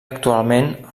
actualment